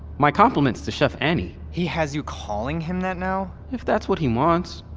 my compliments to chef ani he has you calling him that now? if that's what he wants.